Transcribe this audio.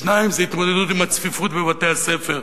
השני זה התמודדות עם הצפיפות בבתי-הספר.